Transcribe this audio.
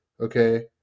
okay